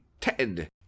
Ted